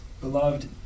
Beloved